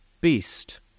beast